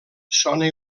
sona